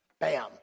Bam